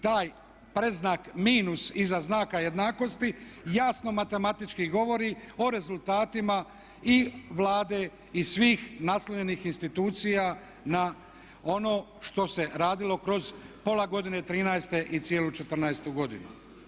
Taj predznak minus iza znaka jednakosti jasno matematički govori o rezultatima i Vlade i svih naslonjenih institucija na ono što se radilo kroz pola godine '13.-te i cijelu 14.-tu godinu.